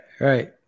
Right